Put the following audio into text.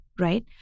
right